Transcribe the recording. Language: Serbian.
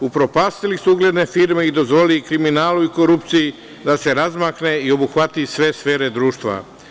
Upropastili su ugledne firme i dozvolili kriminalu i korupciji da se razmahne i obuhvati sve sfere društva.